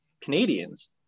Canadians